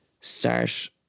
start